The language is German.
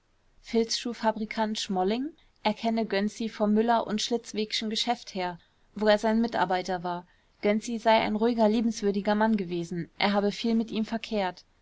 filzschuhfabrikant schmolling er kenne gönczi vom müller u schlitawegschen geschäft her wo er sein mitarbeiter war gönczi sei ein ruhiger liebenswürdiger mann gewesen er habe viel mit ihm verkehrt